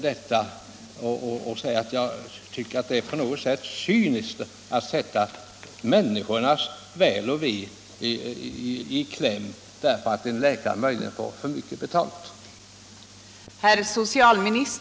Det är cyniskt att sätta människors väl och ve i kläm därför att en läkare möjligen får för mycket betalt.